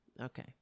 Okay